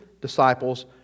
disciples